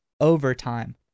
overtime